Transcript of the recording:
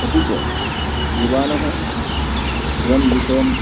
अपि च युवानः यं विषयं